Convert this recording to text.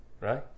right